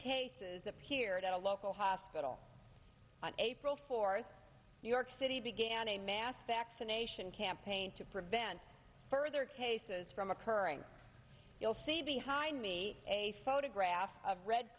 cases appeared at a local hospital on april fourth new york city began a mass vaccination campaign to prevent further cases from occurring you'll see behind me a photograph of red